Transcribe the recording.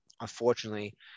unfortunately